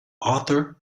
arthur